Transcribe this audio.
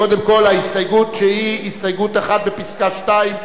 קודם כול ההסתייגות שהיא הסתייגות 1, בפסקה (2).